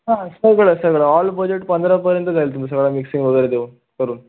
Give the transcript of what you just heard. हां सगळं सगळं ऑल बजेट पंधरापर्यंत जाईल तुम्ही सगळा मिक्सिंग वगैरे देऊन करून